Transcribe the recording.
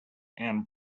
and